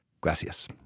Gracias